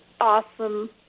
awesome